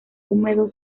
húmedo